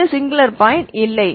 வேறு singular point இல்லை